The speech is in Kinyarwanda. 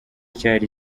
cyari